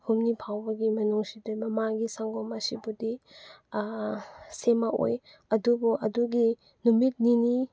ꯍꯨꯝꯅꯤ ꯐꯥꯎꯕꯒꯤ ꯃꯅꯨꯡꯁꯤꯗ ꯃꯃꯥꯒꯤ ꯁꯪꯒꯣꯝ ꯑꯁꯤꯕꯨꯗꯤ ꯁꯦꯃꯑꯣꯏ ꯑꯗꯨꯕꯨ ꯑꯗꯨꯒꯤ ꯅꯨꯃꯤꯠ ꯅꯤꯅꯤ